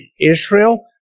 Israel